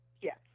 yes